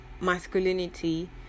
masculinity